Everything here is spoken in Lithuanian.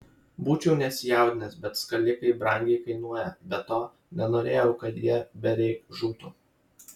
būčiau nesijaudinęs bet skalikai brangiai kainuoja be to nenorėjau kad jie bereik žūtų